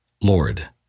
Lord